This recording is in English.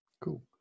Cool